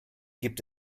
gibt